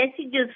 messages